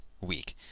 week